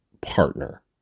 partner